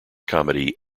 comedy